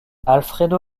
alfredo